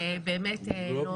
מדובר